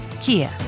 Kia